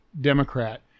democrat